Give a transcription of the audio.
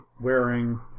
wearing